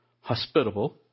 hospitable